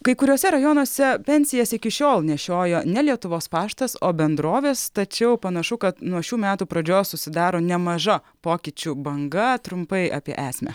kai kuriuose rajonuose pensijas iki šiol nešiojo ne lietuvos paštas o bendrovės tačiau panašu kad nuo šių metų pradžios susidaro nemaža pokyčių banga trumpai apie esmę